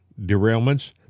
derailments